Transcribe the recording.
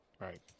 Right